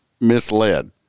misled